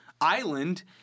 island